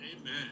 Amen